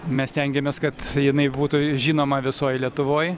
mes stengiamės kad jinai būtų žinoma visoj lietuvoj